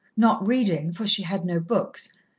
not reading, for she had no books,